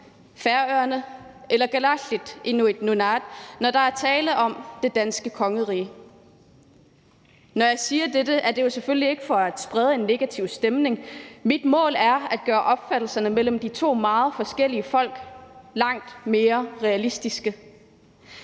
Færøerne eller Kalaallit Nunaat/Inuit Nunaat, når der er tale om det danske kongerige. Når jeg siger dette, er det selvfølgelig ikke for at sprede en negativ stemning. Mit mål er at gøre opfattelserne mellem de to meget forskellige folk langt mere realistiske.